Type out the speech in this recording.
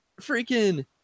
freaking